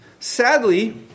Sadly